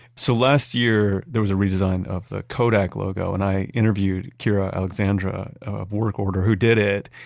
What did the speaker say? so last year there was a redesign of the kodak logo and i interviewed keira alexandra of work-order who did it.